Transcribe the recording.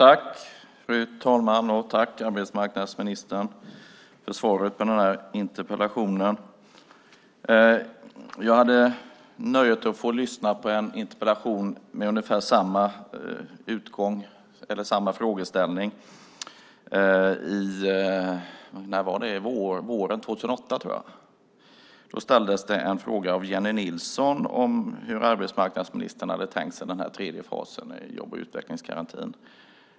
Fru talman! Tack, arbetsmarknadsministern, för svaret på den här interpellationen! Jag hade nöjet att få lyssna på en interpellation med ungefär samma innehåll våren 2008. Då ställdes det en fråga av Jennie Nilsson om hur arbetsmarknadsministern hade tänkt sig den tredje fasen i jobb och utvecklingsgarantin.